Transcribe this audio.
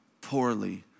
poorly